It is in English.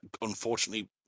unfortunately